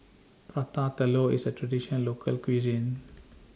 Prata Telur IS A Traditional Local Cuisine